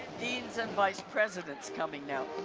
deans and vice presidents coming now.